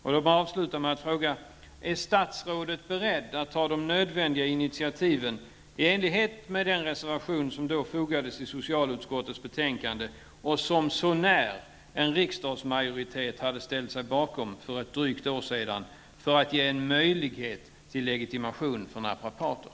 Låt mig avsluta med att fråga följande: Är statsrådet beredd att ta de nödvändiga initiativen, i enlighet med den reservation som då fogades till socialutskottets betänkande och som så när en riksdagsmajoritet hade ställt sig bakom för drygt ett år sedan, för att ge en möjlighet till legitimation för naprapater?